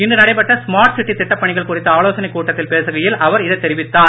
இன்று நடைபெற்ற smart city திட்டப் பணிகள் குறித்த ஆலோசனைக் கூட்டத்தில் பேசுகையில் அவர் இதைத் தெரிவித்தார்